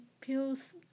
pills